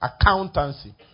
accountancy